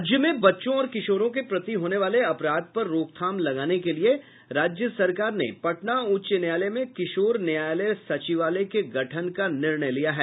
राज्य में बच्चों और किशोरों के प्रति होने वाले अपराध पर रोकथाम लगाने के लिए राज्य सरकार ने पटना उच्च न्यायालय में किशोर न्यायालय सचिवालय के गठन का निर्णय लिया है